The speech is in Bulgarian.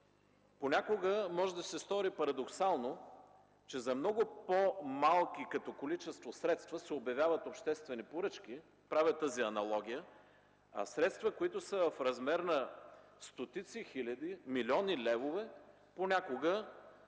Понякога може да се стори парадоксално, че за много по-малки като количество средства се обявяват обществени поръчки – правя тази аналогия, а средства, които са в размер на стотици хиляди, милиони левове, понякога